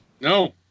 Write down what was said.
No